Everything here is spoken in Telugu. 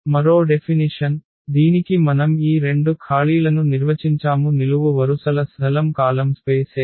మరో డెఫినిషన్ దీనికి మనం ఈ రెండు ఖాళీలను నిర్వచించాము నిలువు వరుసల స్ధలం కాలమ్ స్పేస్ A